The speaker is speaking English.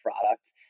product